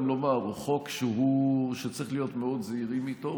גם לומר שזה חוק שצריכים להיות מאוד זהירים איתו.